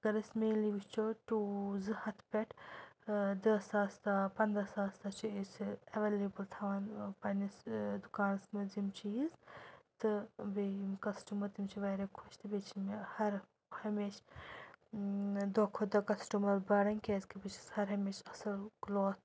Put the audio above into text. اگر أسۍ مینلی وٕچھو ٹوٗ زٕ ہَتھ پٮ۪ٹھ دَہ ساس تہٕ پنٛداہ ساس تہِ چھِ أسۍ اٮ۪ویلیبٕل تھاوان پنٛنِس دُکانَس منٛز یِم چیٖز تہٕ بیٚیہِ یِم کَسٹٕمَر تِم چھِ واریاہ خۄش تہٕ بیٚیہِ چھِ مےٚ ہَر ہمیشہِ دۄہ کھۄتہٕ دۄہ کَسٹٕمَر بَڑان کیٛازِکہِ بہٕ چھَس ہَر ہمیشہِ اَصٕل کٕلاتھ